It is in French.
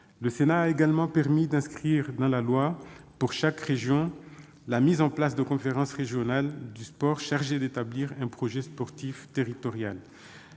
Le Sénat a également permis d'inscrire dans la loi pour chaque région la mise en place de conférences régionales du sport chargées d'établir un projet sportif territorial.